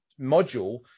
module